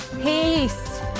Peace